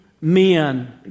men